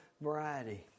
variety